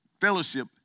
fellowship